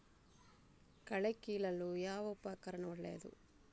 ಕಳೆ ಕೀಳಲು ಯಾವ ಉಪಕರಣ ಒಳ್ಳೆಯದು?